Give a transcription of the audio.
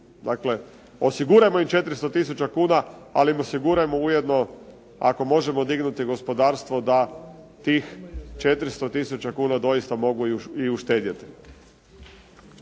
Dakle, osigurajmo im 400 tisuća kuna, ali im osigurajmo ujedno ako možemo dignuti gospodarstvo da tih 400 tisuća kuna doista mogu i uštedjeti.